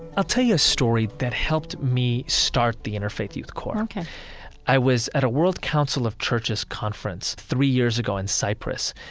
i'll tell you a story that helped me start the interfaith youth core ok i was at a world council of churches conference three years ago in cyprus.